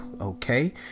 okay